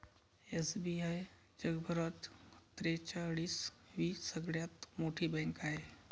SBI जगभरात त्रेचाळीस वी सगळ्यात मोठी बँक आहे